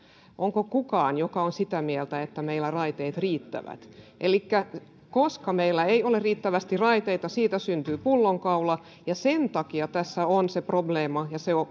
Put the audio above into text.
onko ketään joka on sitä mieltä että meillä raiteet riittävät elikkä koska meillä ei ole riittävästi raiteita siitä syntyy pullonkaula ja sen takia tässä on se probleema ja se